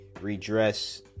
redress